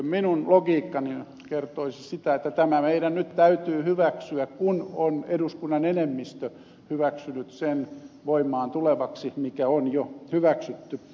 minun logiikkani kertoisi sitä että tämä meidän nyt täytyy hyväksyä kun on eduskunnan enemmistö hyväksynyt sen voimaan tulevaksi mikä on jo hyväksytty